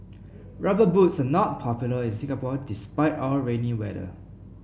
rubber boots are not popular in Singapore despite our rainy weather